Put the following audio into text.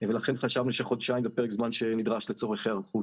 ולכן חשבנו שחודשיים זה פרק זמן שנדרש לצורך היערכות.